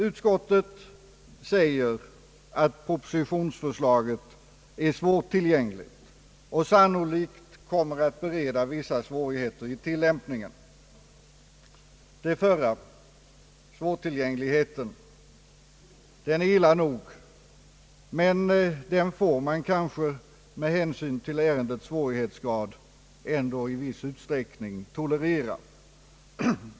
Utskottet säger, att propositionsförslaget är »svårtillgängligt och sannolikt kommer att bereda vissa svårigheter i tillämpningen». Det förra — svårtillgängligheten — är illa nog, men den får man kanske med hänsyn till ärendets svårighetsgrad ändå i viss utsträckning tolerera.